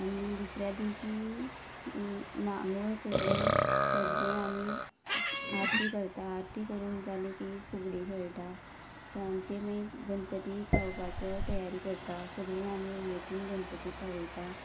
आनी दुसऱ्या दिवसी न्हांवून करून सगळे आमी आरती करता आरती करून जाली की फुगडी खेळटा सांजचे मागीर गणपती पावपाचो तयारी करता सगलें आमी उमेदीन गणपती पावयता